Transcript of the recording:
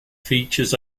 features